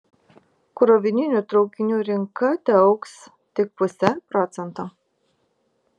krovininių traukinių rinka teaugs tik puse procento